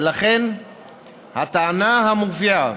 ולכן הטענה המופיעה